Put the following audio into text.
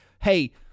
Hey